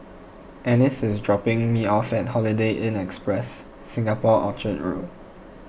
Anice is dropping me off at Holiday Inn Express Singapore Orchard Road